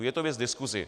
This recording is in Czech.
Je to věc k diskusi.